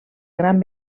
gran